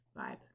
vibe